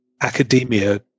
academia